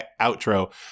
outro